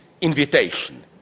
invitation